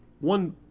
one